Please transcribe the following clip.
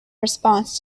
response